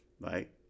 Right